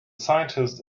scientist